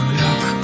look